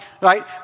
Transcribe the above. right